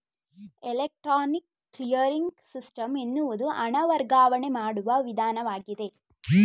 electronic clearing system ಎನ್ನುವುದು ಹಣ ವರ್ಗಾವಣೆ ಮಾಡುವ ವಿಧಾನವಾಗಿದೆ